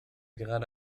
gerade